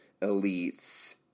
elites